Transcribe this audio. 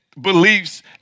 beliefs